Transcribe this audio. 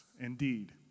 Indeed